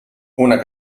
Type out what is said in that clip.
una